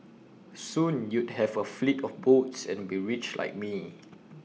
soon you'd have A fleet of boats and be rich like me